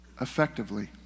effectively